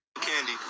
candy